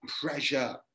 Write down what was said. pressure